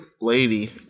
lady